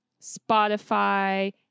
Spotify